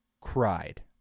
cried